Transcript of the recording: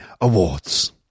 Awards